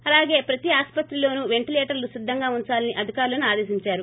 అలాగే ప్రతి ఆస్పత్రిలోనూ వెంటిలేటర్లు సిద్దంగా ఉంచాలని అధికారులను ఆదేశించారు